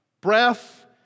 breath